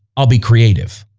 i'll be creative